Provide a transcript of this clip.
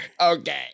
Okay